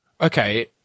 Okay